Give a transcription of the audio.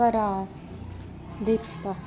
ਕਰਾਰ ਦਿੱਤਾ